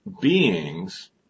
beings